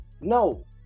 No